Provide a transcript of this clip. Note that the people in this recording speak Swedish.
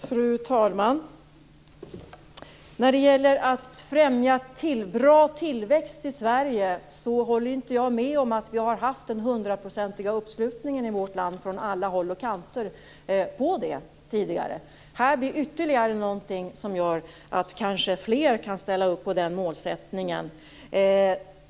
Fru talman! Jag håller inte med om att det har funnits en hundraprocentig uppslutning i vårt land för att främja en bra tillväxt i vårt land. Här blir det ytterligare någonting som gör att kanske fler ställer upp på den målsättningen.